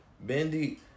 Bendy